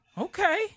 okay